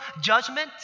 judgment